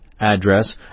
address